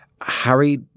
Harry